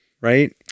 Right